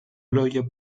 λόγια